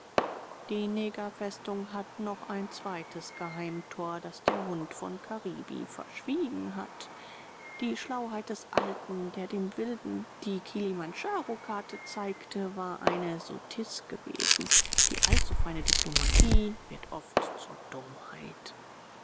die negerfestung hat noch ein zweites geheimtor das der hund von karibi verschwiegen hat die schlauheit des alten der dem wilden die kilimandjarokarte zeigte war eine sottise gewesen die allzufeine diplomatie wird oft zur dummheit